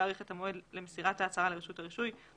להאריך את המועד למסירת ההצהרה לרשות הרישוי,